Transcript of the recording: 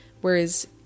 whereas